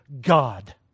God